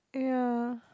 ya